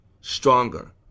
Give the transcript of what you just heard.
stronger